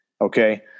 Okay